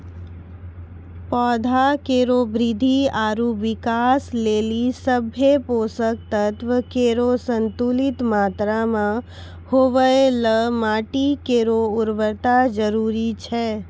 पौधा केरो वृद्धि आरु विकास लेलि सभ्भे पोसक तत्व केरो संतुलित मात्रा म होवय ल माटी केरो उर्वरता जरूरी छै